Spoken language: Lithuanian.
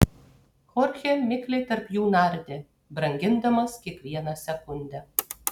chorchė mikliai tarp jų nardė brangindamas kiekvieną sekundę